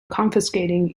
confiscating